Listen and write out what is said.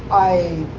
i